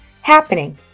happening